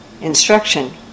Instruction